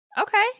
Okay